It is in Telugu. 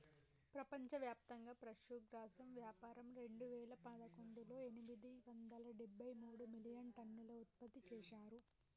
ప్రపంచవ్యాప్తంగా పశుగ్రాసం వ్యాపారం రెండువేల పదకొండులో ఎనిమిది వందల డెబ్బై మూడు మిలియన్టన్నులు ఉత్పత్తి చేశారు